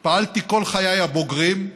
פעלתי כל חיי הבוגרים,